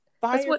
Fire